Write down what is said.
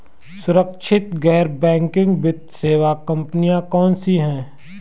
सुरक्षित गैर बैंकिंग वित्त सेवा कंपनियां कौनसी हैं?